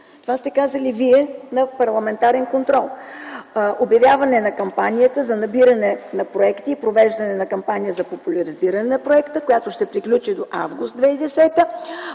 Това сте казали Вие на парламентарен контрол. „Обявяване на кампанията за набиране на проекти и провеждане на кампания за популяризиране на проекта, която ще приключи през м. август 2010г.